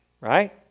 right